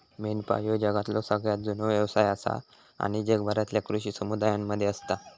मेंढपाळ ह्यो जगातलो सगळ्यात जुनो व्यवसाय आसा आणि जगभरातल्या कृषी समुदायांमध्ये असता